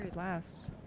last?